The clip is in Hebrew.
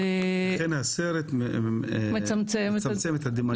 לכן הסרט מצמצם את הדמיון,